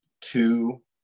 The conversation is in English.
two